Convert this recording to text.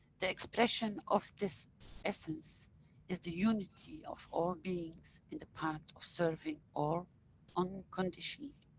the expression of this essence is the unity of all beings in the path of serving all unconditionally.